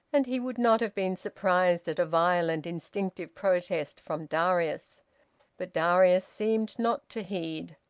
and he would not have been surprised at a violent instinctive protest from darius but darius seemed not to heed.